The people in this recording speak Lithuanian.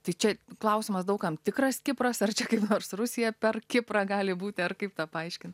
tai čia klausimas daug kam tikras kipras ar čia kaip rusija per kiprą gali būti ar kaip tą paaiškint